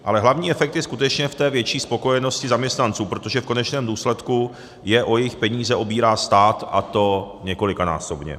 Ale hlavní efekt je skutečně v té větší spokojenosti zaměstnanců, protože v konečném důsledku je o jejich peníze obírá stát, a to několikanásobně.